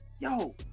yo